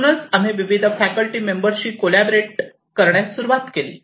म्हणूनच आम्ही विविध फॅकल्टी मेंबरशी कॉलॅबोरेट करण्यास सुरवात केली